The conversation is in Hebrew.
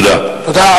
תודה.